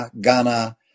Ghana